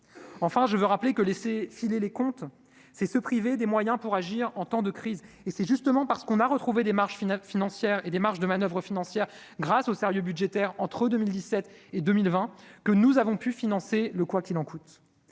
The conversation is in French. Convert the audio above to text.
enfin, je veux rappeler que laisser filer les comptes, c'est se priver des moyens pour agir en temps de crise, et c'est justement parce qu'on a retrouvé des marges finale financière et des marges de manoeuvre financières grâce au sérieux budgétaire entre 2017 et 2020, que nous avons pu financer le quoi qu'il en coûte